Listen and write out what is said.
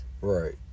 Right